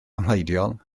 amhleidiol